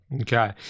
Okay